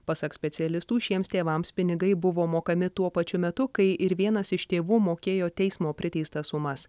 pasak specialistų šiems tėvams pinigai buvo mokami tuo pačiu metu kai ir vienas iš tėvų mokėjo teismo priteistas sumas